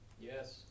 Yes